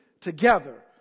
together